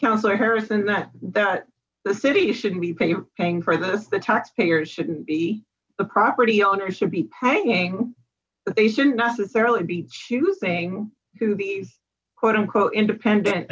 councilor harrison that the city shouldn't pay paying for this the taxpayers shouldn't be the property owners should be paying but they shouldn't necessarily be choosing who these quote unquote independent